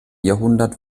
jahrhundert